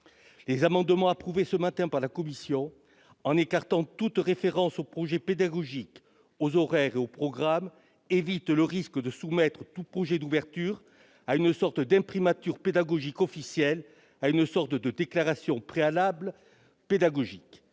Les amendements approuvés ce matin par la commission tendant à écarter toute référence au projet pédagogique, aux horaires et aux programmes permettent d'éviter le risque de soumettre tout projet d'ouverture à une sorte d'imprimatur pédagogique officiel ou de déclaration préalable pédagogique.